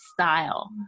style